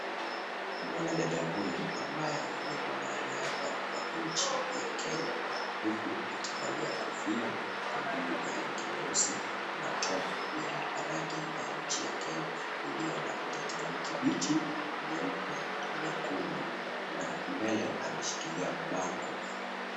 Mwanadada huyu, ambaye ni mwanariadha wa nchi ya Kenya, huku akivalia kofia kwa juu ya rangi nyeusi na top ya rangi ya nchi ya Kenya iliyo na rangi ya kijani kibichi, nyeupe, nyekundu na mbele ameshikilia bango.